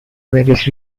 various